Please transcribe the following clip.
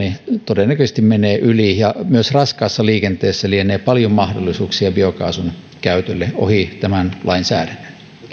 todennäköisesti ylittyvät ja myös raskaassa liikenteessä lienee paljon mahdollisuuksia biokaasun käytölle ohi tämän lainsäädännön